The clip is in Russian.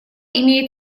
имеет